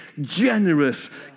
generous